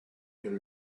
you